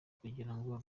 kugirango